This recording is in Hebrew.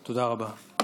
תודה רבה.